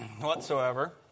whatsoever